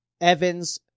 Evans